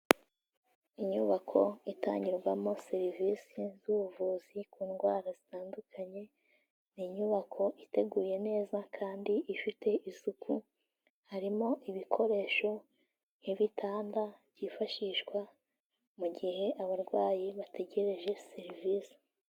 Inyubako itangirwamo serivisi z'ubuvuzi ku ndwara zitandukanye, ni inyubako iteguye neza kandi ifite isuku, harimo ibikoresho nk'ibitanda byifashishwa mu gihe abarwayi bategereje serivisi.